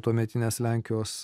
tuometinės lenkijos